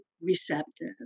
receptive